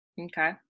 okay